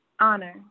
honor